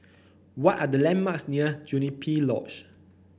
what are the landmarks near Juniper Lodge